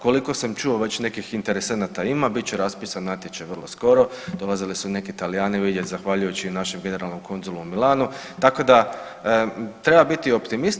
Koliko sam čuo već nekih interesenata ima, bit će raspisan natječaj vrlo skoro, dolazili su neki Talijani vidjet zahvaljujući i našem generalnom konzulu u Milanu, tako da treba bit optimist.